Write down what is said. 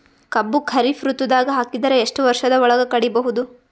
ಕಬ್ಬು ಖರೀಫ್ ಋತುದಾಗ ಹಾಕಿದರ ಎಷ್ಟ ವರ್ಷದ ಒಳಗ ಕಡಿಬಹುದು?